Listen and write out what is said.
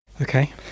Okay